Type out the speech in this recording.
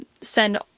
send